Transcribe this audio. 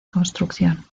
construcción